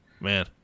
man